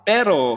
Pero